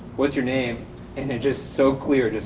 what's your name? and then just so clear, just,